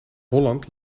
holland